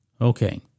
Okay